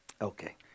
Okay